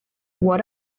what